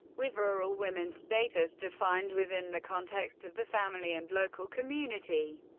with rural women's status defined within the context of the family and local community.